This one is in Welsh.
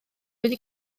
wedi